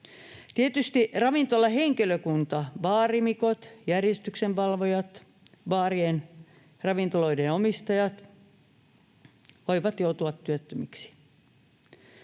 Tietysti ravintolahenkilökunta — baarimikot, järjestyksenvalvojat, baarien ja ravintoloiden omistajat — voi joutua työttömäksi.